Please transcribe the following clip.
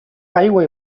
aigua